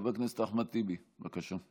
חבר הכנסת אחמד טיבי, בבקשה.